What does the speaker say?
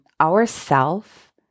Ourself